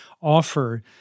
offer